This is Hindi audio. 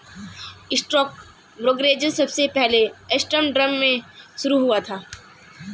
स्टॉक ब्रोकरेज सबसे पहले एम्स्टर्डम में शुरू हुआ था